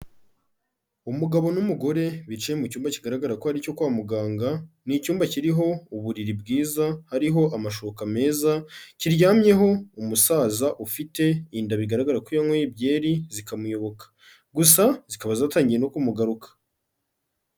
Umugabo n'umugore bicaye mu cyumba kigaragara ko ari icyo kwa muganga, ni icyumba kiriho uburiri bwiza, hariho amashuka meza, kiryamyeho umusaza ufite inda bigaragara ko yanyweye byeri zikamuyoboka gusa zikaba zatangiye no kumugaruka.